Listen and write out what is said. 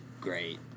great